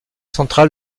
centrale